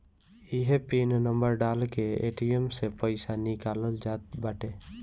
इहे pin number डाल के ए.टी.एम से पईसा निकालल जात बाटे